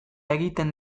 egiten